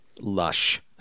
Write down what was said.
lush